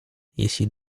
jeśli